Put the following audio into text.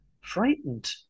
frightened